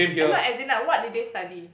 and not as in like what did they study